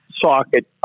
socket